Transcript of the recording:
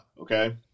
Okay